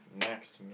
Next